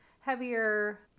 heavier